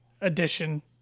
edition